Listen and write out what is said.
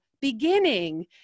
beginning